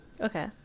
Okay